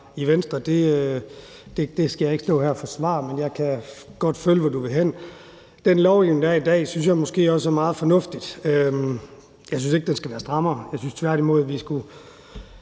i Venstre, skal jeg ikke stå her og forsvare. Men jeg kan godt følge, hvor du vil hen. Den lovgivning, der er i dag, synes jeg måske også er meget fornuftig. Jeg synes ikke, den skal være strammere. Jeg synes tværtimod, vi skulle